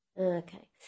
Okay